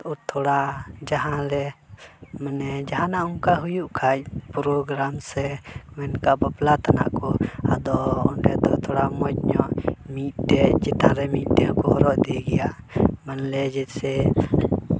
ᱟᱹᱛᱷᱟᱹᱲᱟ ᱡᱟᱦᱟᱸ ᱞᱮ ᱢᱟᱱᱮ ᱡᱟᱦᱟᱱᱟᱜ ᱚᱱᱠᱟ ᱦᱩᱭᱩᱜ ᱠᱷᱟᱱ ᱯᱨᱳᱜᱨᱟᱢ ᱥᱮ ᱵᱟᱯᱞᱟ ᱛᱟᱱᱟᱜ ᱠᱚ ᱟᱫᱚ ᱚᱸᱰᱮ ᱫᱚ ᱛᱷᱚᱲᱟ ᱢᱚᱡᱽ ᱧᱚᱜ ᱢᱤᱫᱴᱮᱱ ᱪᱮᱛᱟᱱ ᱨᱮ ᱢᱤᱫᱴᱮᱱ ᱦᱚᱸᱠᱚ ᱦᱚᱨᱚᱜ ᱤᱫᱤ ᱜᱮᱭᱟ ᱢᱟᱱᱞᱤᱭᱟ ᱡᱮᱭᱥᱮ